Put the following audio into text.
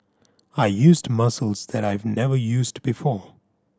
I used muscles that I've never used before